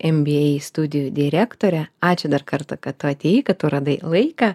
enbiej studijų direktore ačiū dar kartą kad tu atėjai kad tu radai laiką